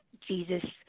Jesus